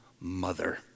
mother